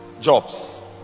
jobs